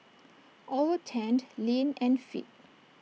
all were tanned lean and fit